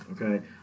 okay